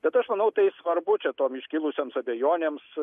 bet aš manau tai svarbu čia tom iškilusioms abejonėms